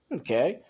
okay